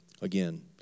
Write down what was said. again